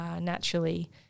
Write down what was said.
naturally